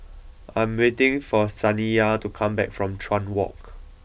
I am waiting for Saniyah to come back from Chuan Walk